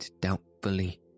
doubtfully